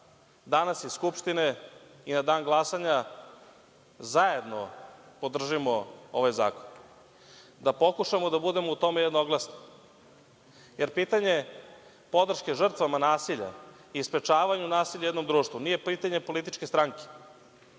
danas iz Skupštine i na dan glasanja zajedno podržimo ovaj zakon. Da pokušamo da budemo u tome jednoglasni, jer pitanje podrške žrtvama nasilja i sprečavanju nasilja u jednom društvu nije pitanje političke stranke,